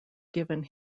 given